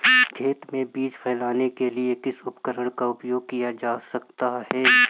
खेत में बीज फैलाने के लिए किस उपकरण का उपयोग किया जा सकता है?